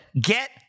Get